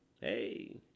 Hey